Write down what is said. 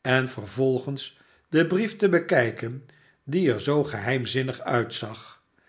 en vervolgens den brief te bekijken die er zoo geheimzinnig uitzag